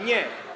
Nie.